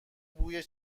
بوی